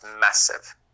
massive